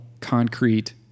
Concrete